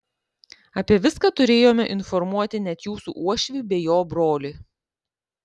apie viską turėjome informuoti net jūsų uošvį bei jo brolį